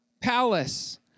palace